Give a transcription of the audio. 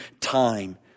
time